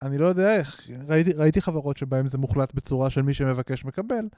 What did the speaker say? אני לא יודע איך, ראיתי חברות שבהן זה מוחלט בצורה של מי שמבקש מקבל.